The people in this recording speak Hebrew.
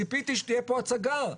ציפיתי שתהיה פה הצגה,